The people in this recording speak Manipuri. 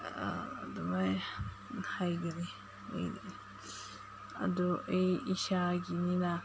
ꯑꯗꯨꯃꯥꯏꯅ ꯍꯥꯏꯒꯅꯤ ꯑꯩꯗꯤ ꯑꯗꯨ ꯑꯩ ꯏꯁꯥꯒꯤꯅꯤꯅ